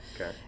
Okay